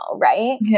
right